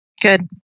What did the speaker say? Good